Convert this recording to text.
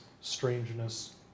strangeness